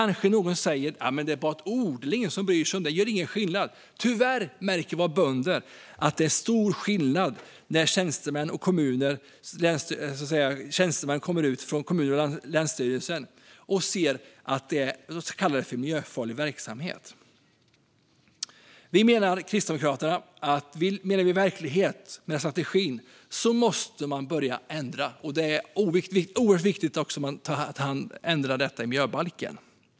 Någon kanske säger att det bara är ett ord som ingen bryr sig om och som inte gör någon skillnad. Men när tjänstemän från kommuner och länsstyrelser kommer ut och kallar våra bönders verksamhet för miljöfarlig märker bönderna tyvärr att det är stor skillnad. Vi kristdemokrater anser att om vi menar allvar med strategin måste vi börja ändra, och det är oerhört viktigt att det ändras i miljöbalken.